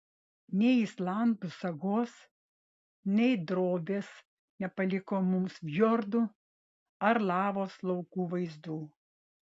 nei islandų sagos nei drobės nepaliko mums fjordų ar lavos laukų vaizdų